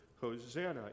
Hosanna